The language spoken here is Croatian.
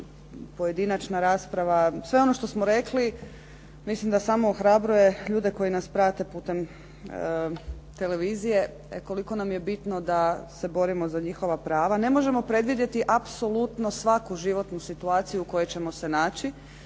pojedinačna rasprava, sve ono što smo rekli mislim da samo ohrabruje ljude koji nas prate putem televizije koliko nam je bitno da se borimo za njihova prava. Ne možemo predvidjeti apsolutno svaku životnu situaciju u kojoj ćemo se naći